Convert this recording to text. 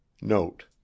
Note